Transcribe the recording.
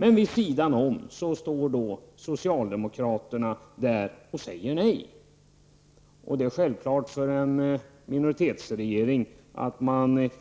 Men vid sidan av har vi socialdemokraterna, som säger nej. Det är självklart att en minoritetsregering